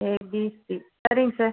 ABC சரிங்க sir